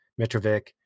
Mitrovic